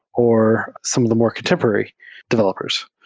or some of the more contemporary developers.